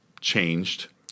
changed